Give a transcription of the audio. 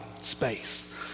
space